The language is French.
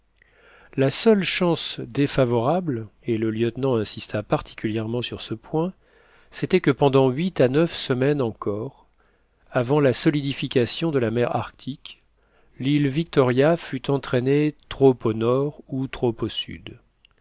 la seule chance défavorable et le lieutenant insista particulièrement sur ce point c'était que pendant huit à neuf semaines encore avant la solidification de la mer arctique l'île victoria fût entraînée trop au nord ou trop au sud